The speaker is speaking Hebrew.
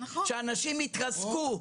כשאנשים התרסקו,